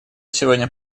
сегодня